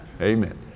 Amen